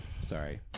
Sorry